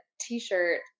t-shirt